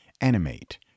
Animate